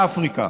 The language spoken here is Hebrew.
מאפריקה.